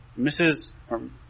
Mrs